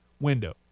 window